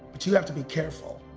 but you have to be careful,